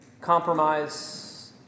compromise